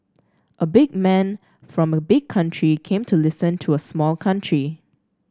a big man from a big country came to listen to a small country